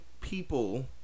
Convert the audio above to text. people